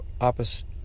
opposite